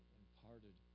imparted